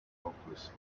hopelessly